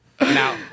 Now